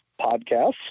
podcasts